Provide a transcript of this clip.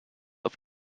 auf